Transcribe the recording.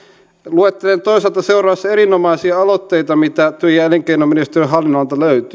luettelen toisaalta seuraavassa erinomaisia aloitteita mitä työ ja elinkeinoministeriön hallinnonalalta löytyy